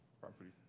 property